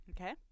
Okay